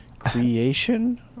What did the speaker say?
Creation